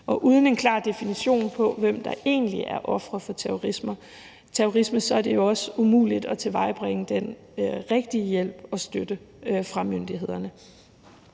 Og uden en klar definition på, hvem der egentlig er ofre for terrorisme, er det jo også umuligt at tilvejebringe den rigtige hjælp og støtte fra myndighederne.